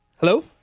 Hello